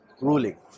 ruling